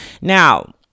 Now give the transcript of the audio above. now